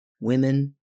women